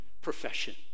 profession